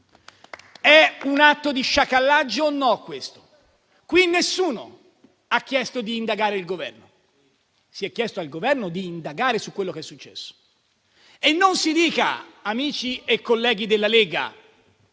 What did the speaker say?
è un atto di sciacallaggio o no, questo? Qui nessuno ha chiesto di indagare il Governo; si è chiesto al Governo di indagare su quello che è successo. E non si dica, amici e colleghi della Lega,